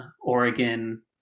oregon